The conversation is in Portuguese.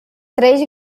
três